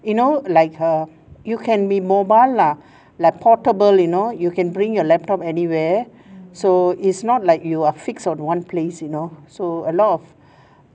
you know like err you can be mobile lah like portable you know you can bring your laptop anywhere so it's not like you are fixed on one place you know so a lot of